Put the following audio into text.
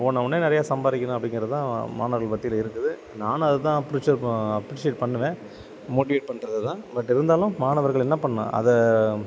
போன ஒடனே நிறையா சம்பாதிக்கணும் அப்படிங்குறதுதான் மாணவர்கள் மத்தியில் இருக்குது நானும் அது தான் அப்ரீஷியேட் பண்ணுவேன் மோட்டிவேட் பண்றது தான் பட் இருந்தாலும் மாணவர்கள் என்ன பண்ணணும் அதை